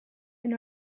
and